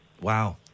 Wow